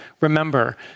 remember